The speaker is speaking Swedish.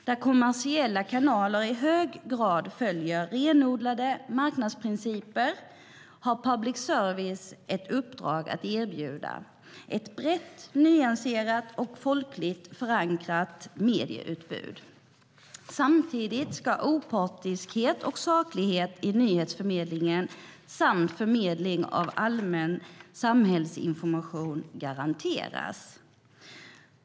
Där kommersiella kanaler i hög grad följer renodlade marknadsprinciper har public service ett uppdrag att erbjuda ett brett, nyanserat och folkligt förankrat medieutbud. Samtidigt ska opartiskhet och saklighet i nyhetsförmedlingen samt förmedling av allmän samhällsinformation garanteras.